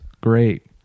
great